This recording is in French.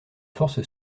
force